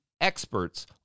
experts